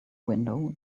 window